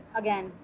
again